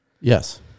yes